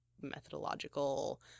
methodological